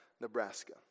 Nebraska